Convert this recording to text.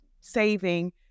saving